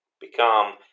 become